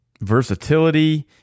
versatility